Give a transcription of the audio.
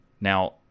Now